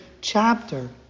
chapter